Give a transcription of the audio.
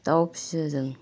दाव फियो जों